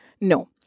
No